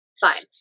Fine